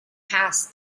has